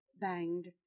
banged